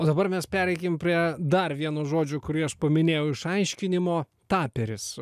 o dabar mes pereikim prie dar vieno žodžio kurį aš paminėjau išaiškinimo taperis